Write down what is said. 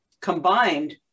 combined